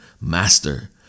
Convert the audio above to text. Master